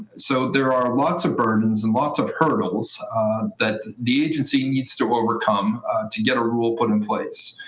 so there are lots of burdens and lots of hurdles that the agency needs to overcome to get a rule put in place.